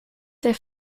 der